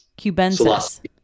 Cubensis